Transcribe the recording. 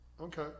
Okay